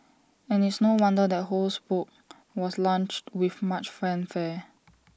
and it's no wonder that Ho's book was launched with much fanfare